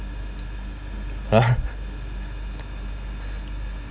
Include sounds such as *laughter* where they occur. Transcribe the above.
!huh! *laughs*